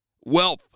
wealth